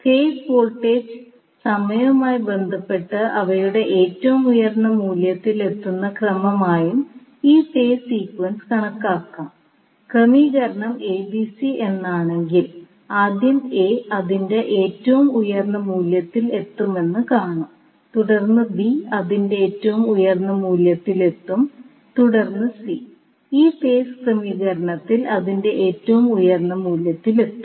face voltage സമയവുമായി ബന്ധപ്പെട്ട് അവയുടെ ഏറ്റവും ഉയർന്ന മൂല്യത്തിൽ എത്തുന്ന ക്രമമായും ഈ ഫേസ് സീക്വൻസ് കണക്കാക്കാം ക്രമീകരണം എന്നാണെങ്കിൽ ആദ്യം എ അതിന്റെ ഏറ്റവും ഉയർന്ന മൂല്യത്തിൽ എത്തുമെന്ന് കാണും തുടർന്ന് ബി അതിന്റെ ഏറ്റവും ഉയർന്ന മൂല്യത്തിലെത്തും തുടർന്ന് സി ഈ ഫേസ് ക്രമീകരണത്തിൽ അതിന്റെ ഏറ്റവും ഉയർന്ന മൂല്യത്തിലെത്തും